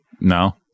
no